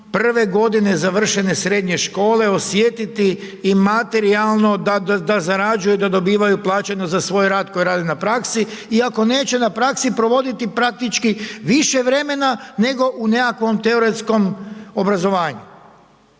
prve godine završene srednje škole osjetiti i materijalno da zarađuju, da dobivaju plaćeno za svoj rad koji rade na praksi iako neće na praksi provoditi praktički više vremena nego u nekakvom teoretskom obrazovanju,